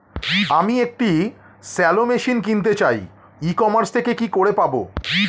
আমি একটি shallow machine কিনতে চাই ই কমার্স থেকে কি করে পাবো?